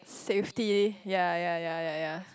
safety ya ya ya ya ya